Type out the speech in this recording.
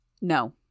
No